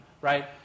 Right